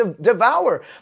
devour